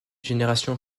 génération